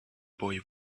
boy